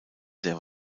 sehr